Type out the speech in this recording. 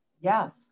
Yes